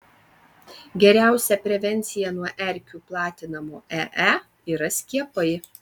geriausia prevencija nuo erkių platinamo ee yra skiepai